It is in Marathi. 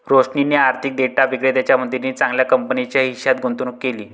रोशनीने आर्थिक डेटा विक्रेत्याच्या मदतीने चांगल्या कंपनीच्या हिश्श्यात गुंतवणूक केली